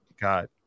got